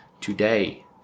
today